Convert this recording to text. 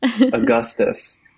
Augustus